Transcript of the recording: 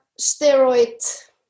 steroid